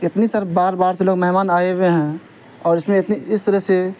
اتنی سر باہر باہر سے لوگ مہمان آئے ہوئے ہیں اور اس میں اتنی اس طرح سے